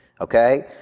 Okay